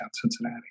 Cincinnati